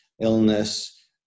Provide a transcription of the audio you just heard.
illness